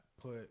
put